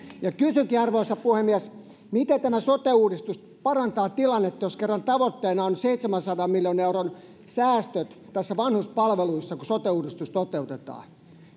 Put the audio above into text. kysynkin arvoisa puhemies miten tämä sote uudistus parantaa tilannetta jos kerran tavoitteena on seitsemänsadan miljoonan euron säästöt näissä vanhuspalveluissa kun sote uudistus toteutetaan